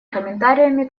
комментариями